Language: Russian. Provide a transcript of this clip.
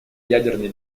ядерной